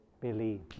believe